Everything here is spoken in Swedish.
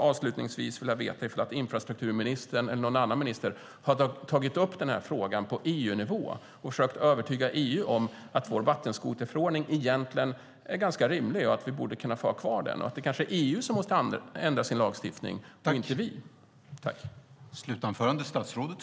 Avslutningsvis skulle jag vilja veta om infrastrukturministern eller någon annan minister har tagit upp den här frågan på EU-nivå och försökt övertyga EU om att vår vattenskoterförordning egentligen är ganska rimlig, att vi borde kunna få ha kvar den och att det kanske är EU som måste ändra sin lagstiftning och inte vi.